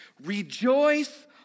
Rejoice